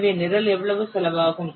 எனவே நிரல் எவ்வளவு செலவாகும்